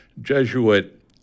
Jesuit